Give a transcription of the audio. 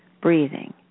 breathing